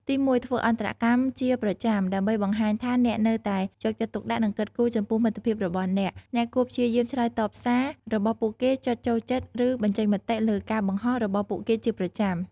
ទីមួយ ធ្វើអន្តរកម្មជាប្រចាំ ដើម្បីបង្ហាញថាអ្នកនៅតែយកចិត្តទុកដាក់ និងគិតគូរចំពោះមិត្តភក្តិរបស់អ្នក អ្នកគួរព្យាយាម ឆ្លើយតបសារ របស់ពួកគេ ចុចចូលចិត្ត ឬ បញ្ចេញមតិ លើការបង្ហោះរបស់ពួកគេជាប្រចាំ។